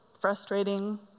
frustrating